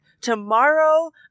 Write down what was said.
tomorrow